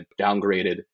downgraded